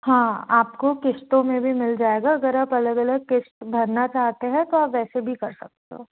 हाँ आपको किस्तों में भी मिल जाएगा अगर आप अलग अलग क़िस्त भरना चाहते हैं तो आप वैसे भी कर सकते हो